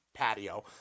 patio